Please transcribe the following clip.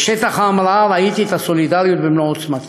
בשטח ההמראה, ראיתי את הסולידריות במלוא עוצמתה.